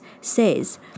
says